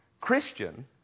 Christian